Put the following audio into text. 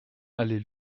allée